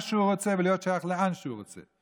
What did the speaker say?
מה שהוא רוצה ולהיות שייך לאן שהוא רוצה.